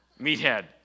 Meathead